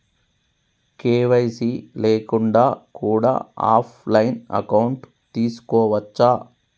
KYC లేకుండా కూడా offline account తీసుకోవచ్చా?